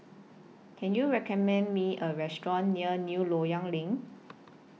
Can YOU recommend Me A Restaurant near New Loyang LINK